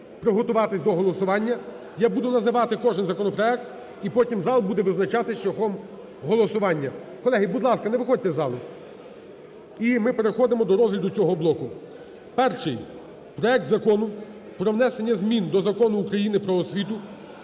я буду називати кожен законопроект і потім зал буде визначатись шляхом голосування. Колеги, будь ласка, не виходьте з залу. І ми переходимо до розгляду цього блоку. Перший: проект Закону про внесення змін до Закону України "Про освіту"